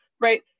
right